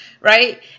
right